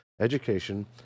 education